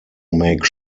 make